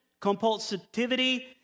Compulsivity